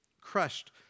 crushed